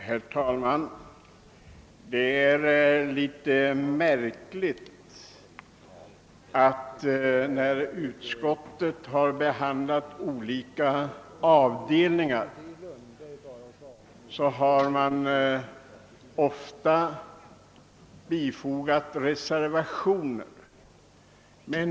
Herr talman! När utskottet behandlat olika avsnitt av Kungl. Maj:ts förslag har det i många fall fogats reservationer till utlåtandet.